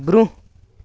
برٛوٚنٛہہ